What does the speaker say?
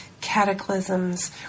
cataclysms